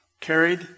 carried